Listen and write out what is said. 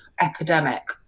epidemic